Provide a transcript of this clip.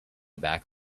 back